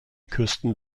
küsten